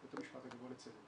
בבית המשפט הגבוה לצדק.